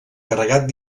carregat